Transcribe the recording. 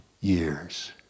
years